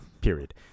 period